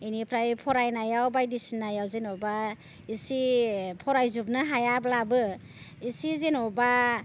बेनिफ्राय फरायनायाव बायदिसिनायाव जेनेबा एसे फरायजोबनो हायाब्लाबो एसे जेनेबा